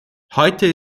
heute